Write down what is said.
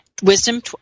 Wisdom